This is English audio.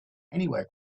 anywhere